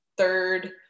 third